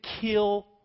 kill